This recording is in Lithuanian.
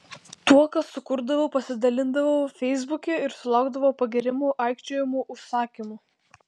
tuo ką sukurdavau pasidalindavau feisbuke ir sulaukdavau pagyrimų aikčiojimų užsakymų